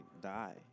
die